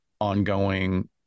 ongoing